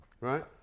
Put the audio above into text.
right